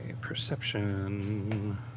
perception